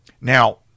Now